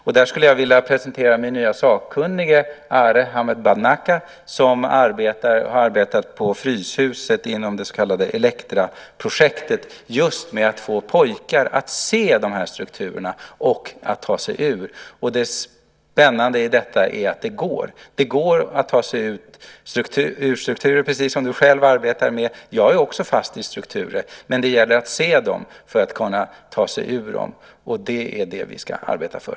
Därför skulle jag vilja presentera min nye sakkunnige Arhe Hamednaca. Han har arbetat på Fryshuset, inom det så kallade Elektraprojektet, just med att få pojkar att se dessa strukturer och ta sig ur dem. Det spännande med detta är att det går att ta sig ur strukturer, precis som du själv gör. Jag är också fast i strukturer, men det gäller att se strukturerna för att kunna ta sig ur dem. Det är det vi ska arbeta för.